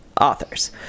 authors